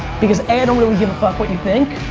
because a, i don't really give a fuck what you think,